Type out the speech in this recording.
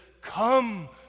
come